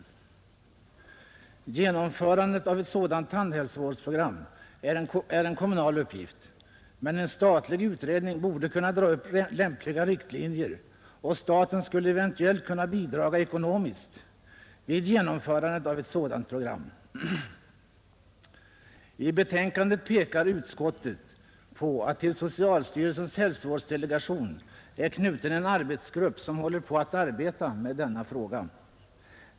Genomförandet av ett sådant tandhälsovårdsprogram är en kommunal uppgift, men en statlig utredning borde kunna dra upp lämpliga riktlinjer, och staten skulle eventuellt kunna bidra ekonomiskt vid genomförandet av ett sådant program. I betänkandet pekar utskottet på att till socialstyrelsens hälsovårdsdelegation är knuten en arbetsgrupp, som håller på att arbeta med denna fråga.